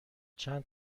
چند